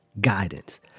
guidance